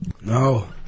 No